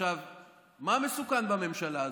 מה מסוכן בממשלה הזו?